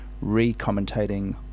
re-commentating